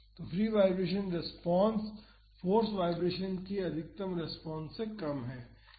तो free vibration response force vibration के अधिकतम रेस्पॉन्स से कम है